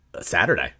Saturday